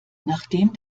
nachdem